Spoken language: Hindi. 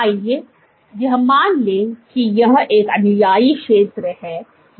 आइए यह मान ले की यह एक अनुयायी क्षेत्र है जो अनुयायी है